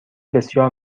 بسیار